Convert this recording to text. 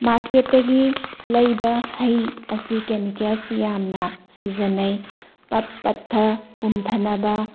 ꯃꯥꯔꯀꯦꯠꯇꯒꯤ ꯂꯩꯕ ꯍꯩ ꯑꯁꯤ ꯀꯦꯃꯤꯀꯦꯜꯁꯤ ꯌꯥꯝꯅ ꯁꯤꯖꯤꯟꯅꯩ ꯄꯠ ꯄꯠꯊ ꯄꯨꯝꯗꯅꯕ